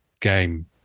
game